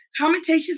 commentations